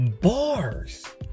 bars